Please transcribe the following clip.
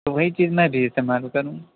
تو وہی چیز میں بھی استعمال کروں